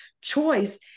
choice